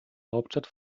hauptstadt